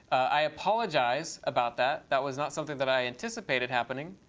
i apologize about that. that was not something that i anticipated happening,